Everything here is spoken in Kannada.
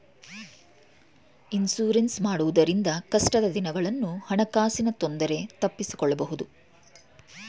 ಇನ್ಸೂರೆನ್ಸ್ ಮಾಡಿಸುವುದರಿಂದ ಕಷ್ಟದ ದಿನಗಳನ್ನು ಹಣಕಾಸಿನ ತೊಂದರೆ ತಪ್ಪಿಸಿಕೊಳ್ಳಬಹುದು